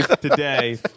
today